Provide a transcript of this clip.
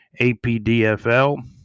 APDFL